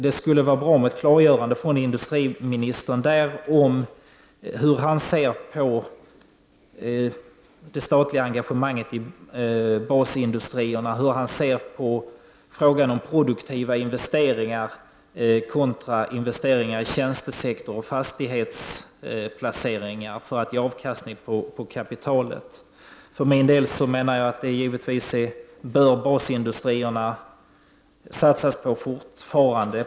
Det skulle vara bra med ett klargörande från industriministern om hur han ser på det statliga engagemanget i basindustrierna, hur han ser på frågan om produktiva investeringar kontra investeringar i tjänstesektorn och fastighetsplaceringar för att ge avkastning på kapitalet. För min del menar jag att det fortfarande bör satsas på basindustrierna.